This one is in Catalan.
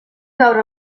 veure